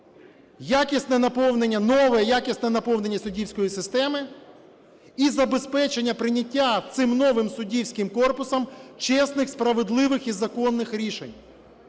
нове і якісне наповнення суддівської системи, і забезпечення прийняття цим новим суддівським корпусом чесних, справедливих і законних рішень.